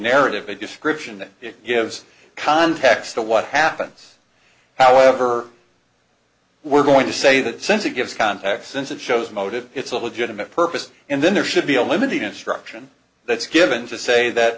narrative a description that gives context to what happens however we're going to say that since it gives context since it shows motive it's a legitimate purpose and then there should be a limited instruction that's given to say that